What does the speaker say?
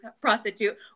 prostitute